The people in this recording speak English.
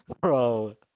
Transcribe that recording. bro